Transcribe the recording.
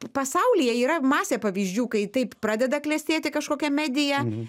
pasaulyje yra masė pavyzdžių kai taip pradeda klestėti kažkokia medija